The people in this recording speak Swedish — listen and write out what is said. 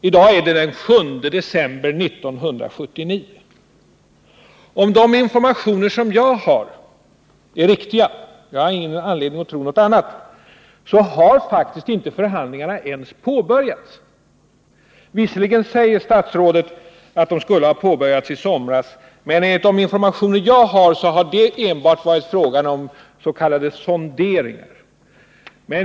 I dag är det den 7 december 1979. Om de informationer som jag har är riktiga — och jag har ingen anledning att tro något annat — har faktiskt förhandlingarna inte ens påbörjats. Visserligen sade statsrådet att de skulle ha påbörjats i somras, men enligt de informationer som jag fått har det enbart varit fråga om s.k. sonderingar.